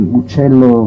uccello